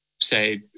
say